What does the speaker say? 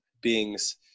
beings